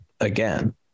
again